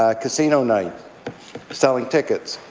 carlocasino night selling particulars.